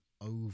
over